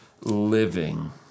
living